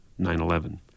9-11